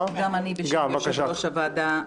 7 בעד.